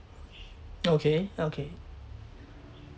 okay okay